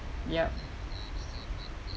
yup